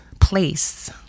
place